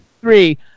three